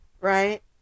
Right